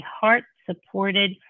heart-supported